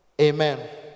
Amen